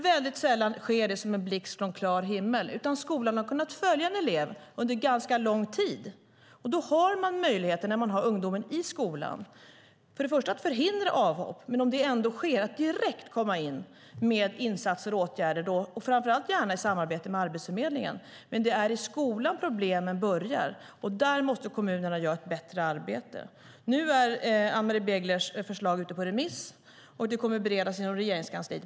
Väldigt sällan sker det som en blixt från klar himmel, utan skolan har kunnat följa en elev under ganska lång tid. När man har eleven i skolan har man möjlighet att förhindra avhopp men att om det ändå sker direkt gå in med insatser och åtgärder, framför allt gärna i samarbete med Arbetsförmedlingen. Det är i skolan som problemen börjar, och där måste kommunerna göra ett bättre arbete. Nu är Ann-Marie Beglers förslag ute på remiss, och det kommer att beredas inom Regeringskansliet.